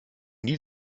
nie